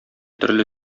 төрле